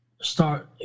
start